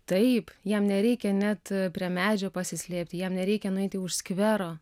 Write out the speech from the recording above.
taip jam nereikia net prie medžio pasislėpti jam nereikia nueiti už skvero